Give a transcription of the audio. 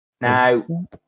now